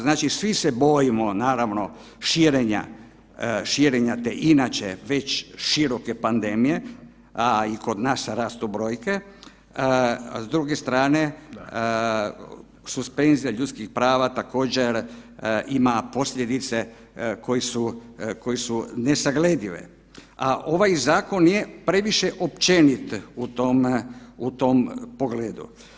Znači svi se bojimo naravno širenja, širenja te inače već široke pandemije, a i kod nas rastu brojke, s druge strane suspenzija ljudskih prava također ima posljedice koje su nesagledive, a ovaj zakon je previše općenit u tom, u tom pogledu.